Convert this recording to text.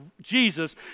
Jesus